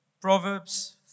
Proverbs